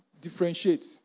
differentiate